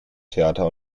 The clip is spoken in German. theater